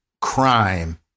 crime